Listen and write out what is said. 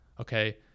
okay